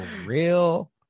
real